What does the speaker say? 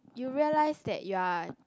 you realize that you're